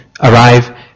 arrive